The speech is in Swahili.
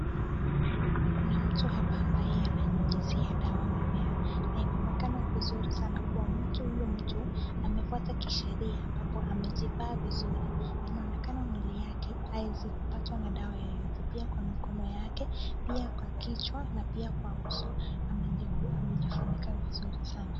Kuna mtu hapa ambaye ananyunyizia dawa mimea, inaonekana kweli mtu huyo anafuata kisheria Ambapo amejivaa vizuri inaonekana mwili yake haiezi patwa na dawa yoyote, pia kwa mikono yake pia kwa kichwa ,na pia kwa uso amejifunika vizuri sana.